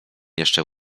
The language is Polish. jeszcze